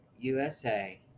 USA